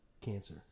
cancer